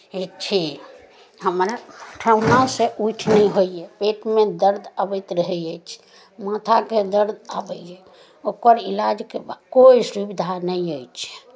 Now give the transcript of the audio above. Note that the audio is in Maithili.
छी हमरा ठेहुनासँ उठि नहि होइए पेटमे दर्द अबैत रहैत अछि माथाके दर्द अबैए ओकर इलाजके ब् कोइ सुविधा नहि अछि